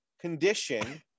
condition